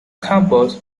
compose